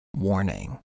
warning